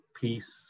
peace